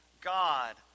God